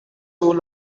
rule